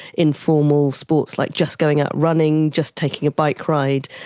informal sports, like just going out running, just taking a bike ride,